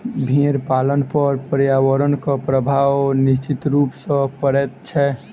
भेंड़ पालन पर पर्यावरणक प्रभाव निश्चित रूप सॅ पड़ैत छै